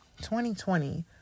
2020